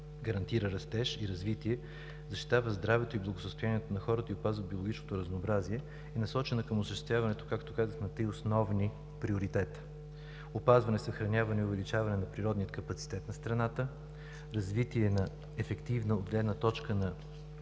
гарантира растеж и развитие, защитава здравето и благосъстоянието на хората и пази биологичното разнообразие, е насочена към осъществяването на три основни приоритета: опазване, съхраняване и увеличаване на природния капацитет на страната; развитие на ефективна от гледна точка на